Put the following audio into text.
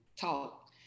talk